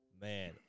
man